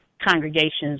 congregations